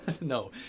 No